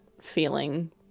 feeling